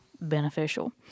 beneficial